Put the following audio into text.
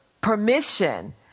permission